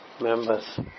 members